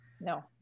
No